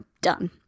done